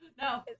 no